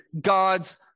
God's